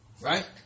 right